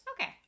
Okay